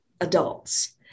adults